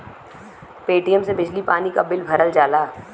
Paytm से बिजली पानी क बिल भरल जाला